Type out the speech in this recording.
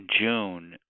June